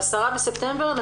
בספטמבר.